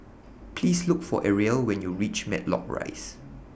Please Look For Arielle when YOU REACH Matlock Rise